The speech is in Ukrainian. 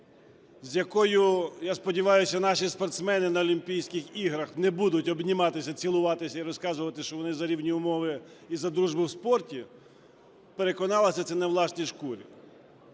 з якою, я сподіваюся, наші спортсмени на Олімпійських іграх не будуть обніматися, цілуватися і розказувати, що вони за рівні умови і за дружбу в спорті, переконалися в цьому на власній шкурі.